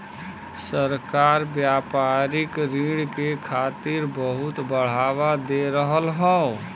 सरकार व्यापारिक ऋण के खातिर बहुत बढ़ावा दे रहल हौ